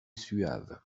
suave